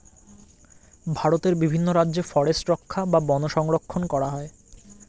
ভারতের বিভিন্ন রাজ্যে ফরেস্ট রক্ষা বা বন সংরক্ষণ করা হয়